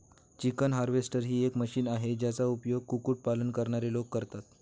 chicken harvester ही एक machine आहे, ज्याचा उपयोग कुक्कुट पालन करणारे लोक करतात